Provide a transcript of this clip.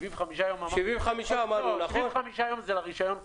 75 יום זה לרישיון כולו.